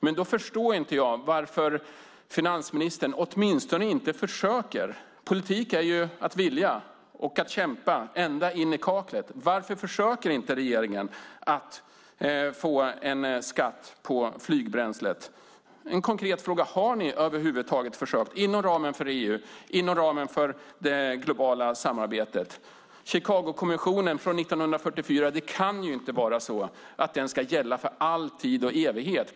Men då förstår jag inte varför finansministern och regeringen inte åtminstone försöker - politik är ju att vilja och att kämpa ända in i kaklet - få en skatt på flygbränslet. En konkret fråga: Har ni över huvud taget försökt inom ramen för EU, inom ramen för det globala samarbetet? Det kan inte vara så att Chicagokommissionen från 1944 ska gälla för allt tid och evighet.